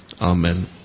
Amen